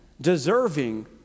deserving